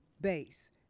base